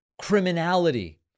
criminality